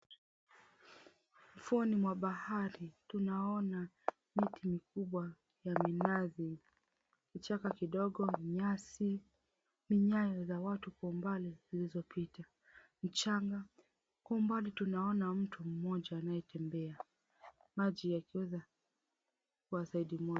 Ufuoni mwa bahari tunaona miti mikubwa ya minazi, kichaka kidogo, nyasi, nyayo kwa umbali zilizopita, mchanga, kwa umbali tunaona mtu mmoja anayetembea. Maji yakiweza kuwa side moja .